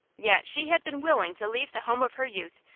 yet she had been willing to leave the home of her youth,